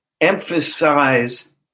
emphasize